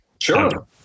Sure